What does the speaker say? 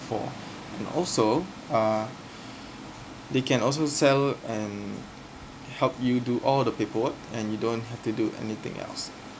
for and also uh they can also sell and help you do all the paperwork and you don't have to do anything else